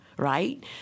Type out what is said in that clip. right